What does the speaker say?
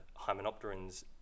Hymenopterans